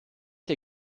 der